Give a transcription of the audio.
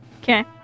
Okay